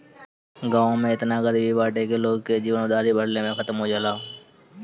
गांव में एतना गरीबी बाटे की लोग के जीवन उधारी भरले में खतम हो जाला